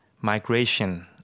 migration